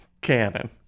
Cannon